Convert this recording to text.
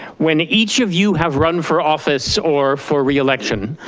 when each of you have run for office or for reelection,